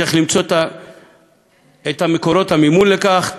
צריך למצוא את מקורות המימון לכך,